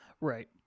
right